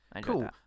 Cool